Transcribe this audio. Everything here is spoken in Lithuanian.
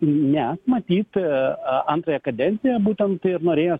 ne matyt antrąją kadenciją būtent tai ir norėjo